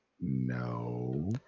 No